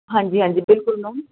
ਹਾਂਜੀ ਹਾਂਜੀ ਬਿਲਕੁਲ ਮੈਮ